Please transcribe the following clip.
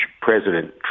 President